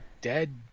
dead